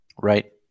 Right